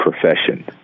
profession